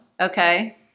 okay